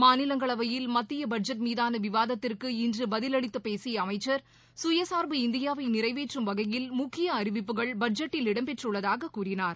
மாநிலங்களவையில் மத்திய பட்ஜெட் மீதான விவாதத்திற்கு இன்று பதிவளித்து பேசிய அமைச்சர் சுயசார்பு இந்தியாவை நிறைவேற்றும் வகையில் முக்கிய அறிவிப்புகள் பட்ஜெட்டில் இடம்பெற்றுள்ளதாக கூறினார்